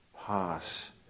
pass